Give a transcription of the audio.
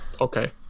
Okay